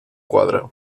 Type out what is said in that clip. quadre